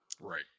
Right